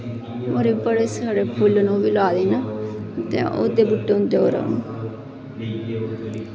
होर बड़े सारे फुल्ल न ओह् बी लाए दे इ'यां ओह्दे बूह्टे होंदे होर